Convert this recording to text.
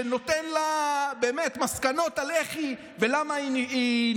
שבאמת נותן לך מסקנות על איך ולמה היא נפגעה,